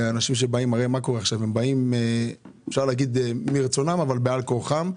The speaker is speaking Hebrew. הרי אנשים באים מרצונם, אבל בעל כורחם.